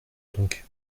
donc